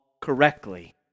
correctly